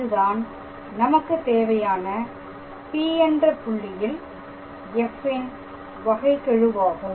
இதுதான் நமக்கு தேவையான P என்ற புள்ளியில் f ன் வகைகெழுவாகும்